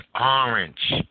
orange